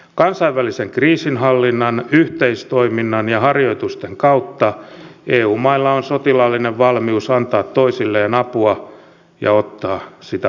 kansainvälisen kriisinhallinnan yhteistoiminnan ja harjoitusten kautta eu mailla on sotilaallinen valmius antaa toisilleen apua ja ottaa sitä vastaan